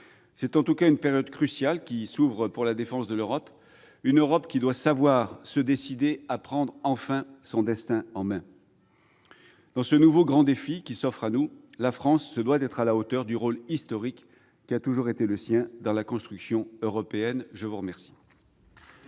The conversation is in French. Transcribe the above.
C'est en tout cas une période cruciale qui s'ouvre pour la défense de l'Europe, une Europe qui doit savoir se décider à prendre enfin son destin en main. Face à ce nouveau grand défi qui s'offre à nous, la France se doit d'être à la hauteur du rôle historique qui a toujours été le sien dans la construction européenne. Très bien